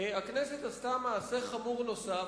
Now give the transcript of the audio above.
הכנסת עשתה מעשה חמור נוסף,